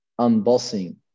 unbossing